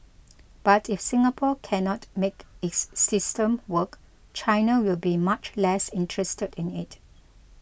but if Singapore cannot make its system work China will be much less interested in it